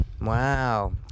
Wow